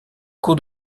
cours